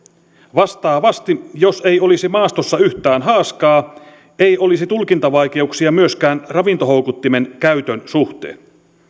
vastaavasti jos ei olisi maastossa yhtään haaskaa ei olisi tulkintavaikeuksia myöskään ravintohoukuttimen käytön suhteen